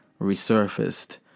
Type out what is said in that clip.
resurfaced